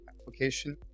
application